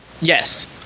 Yes